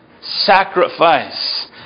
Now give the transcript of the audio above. Sacrifice